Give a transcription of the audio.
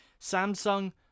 samsung